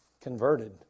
converted